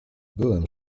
byłem